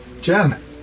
Jen